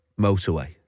motorway